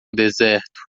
deserto